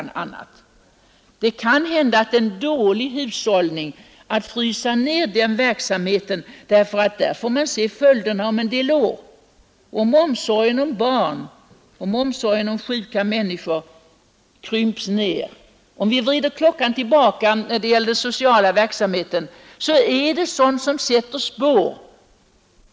Det kan hända att det är dålig hushållning att frysa ner socialvården. Om omsorgen om barn, om omsorgen om sjuka människor krymps ner, om vi vrider klockan tillbaka när det gäller den sociala verksamheten, så sätter detta spår.